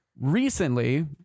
Recently